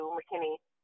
McKinney